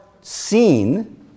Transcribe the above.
seen